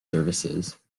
services